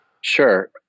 Sure